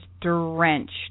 drenched